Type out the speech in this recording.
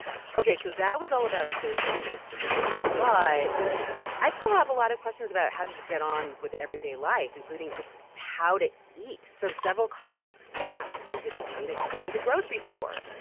ok, so that was all about social distancing. but i still have a lot of questions about how to just get on with everyday life, including just how to eat. so several colleagues asked, is it ok to go to the grocery store?